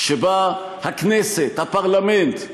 שבה הכנסת, הפרלמנט,